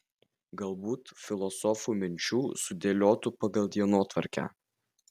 galbūt filosofų minčių sudėliotų pagal dienotvarkę